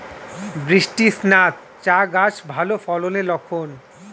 বৃষ্টিস্নাত চা গাছ ভালো ফলনের লক্ষন